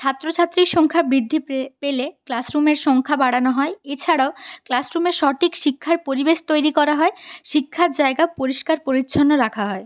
ছাত্রছাত্রীর সংখ্যা বৃদ্ধি পেলে ক্লাসরুমের সংখ্যা বাড়ানো হয় এছাড়াও ক্লাসরুমে সঠিক শিক্ষার পরিবেশ তৈরি করা হয় শিক্ষার জায়গা পরিষ্কার পরিচ্ছন্ন রাখা হয়